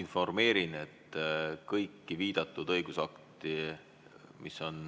informeerin, et kõiki viidatud õigusakte, mis on